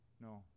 No